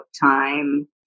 time